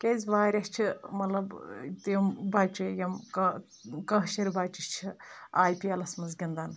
کیاز واریاہ چھِ مطلب تِم بچہِ یِم کٲشر بچہِ چھِ آی پی اٮ۪لس منٛز گنٛدان